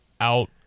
out